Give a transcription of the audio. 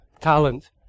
talent